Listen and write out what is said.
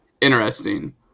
interesting